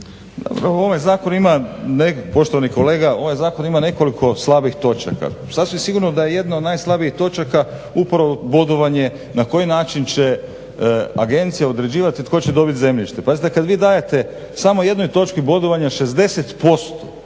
ovaj zakon ima nekoliko slabih točaka. Sasvim sigurno da je jedna od najslabijih točaka upravo bodovanje na koji način će agencija određivati tko će dobiti zemljište. Pazite, kad vi dajete samo jednoj točki bodovanja 60%